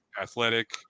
athletic